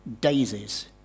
daisies